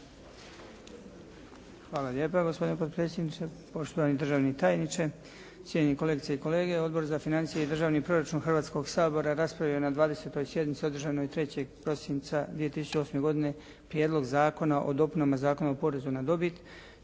Hvala lijepa. Gospodine potpredsjedniče, poštovani državni tajniče, cijenjeni kolegice i kolege. Odbor za financije i državni proračun Hrvatskoga sabora raspravio je na 20. sjednici održanoj 3. prosinca 2008. godine Prijedlog zakona o dopunama Zakona o porezu na dobit